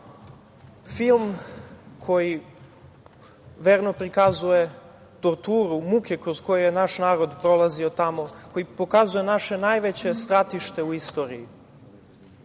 film koji verno prikazuje torturu, muke kroz koje je naš narod prolazio tamo, koji pokazuje naše najveće stratište u istoriji.